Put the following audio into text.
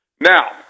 Now